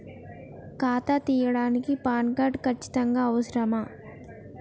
ఖాతా తీయడానికి PAN card ఖచ్చితంగా అవసరమా?